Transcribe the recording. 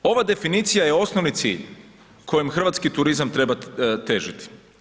Ova definicija je osnovni cilj kojem hrvatski turizam treba težiti.